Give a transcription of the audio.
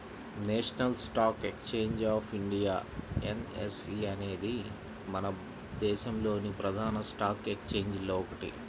national stock exchange of India NSE అనేది మన దేశంలోని ప్రధాన స్టాక్ ఎక్స్చేంజిల్లో ఒకటి